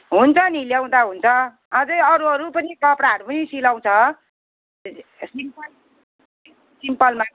हुन्छ नि ल्याउँदा हुन्छ अझै अरू अरू पनि कपडाहरू पनि सिलाउँछ सिम्पल सिम्पलमा